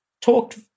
talked